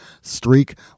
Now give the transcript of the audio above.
streak